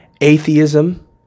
atheism